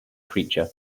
creature